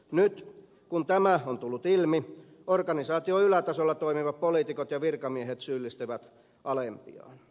nyt kun tämä on tullut ilmi organisaation ylätasolla toimivat poliitikot ja virkamiehet syyllistävät alempiaan